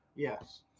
Yes